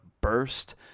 burst